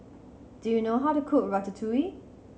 do you know how to cook Ratatouille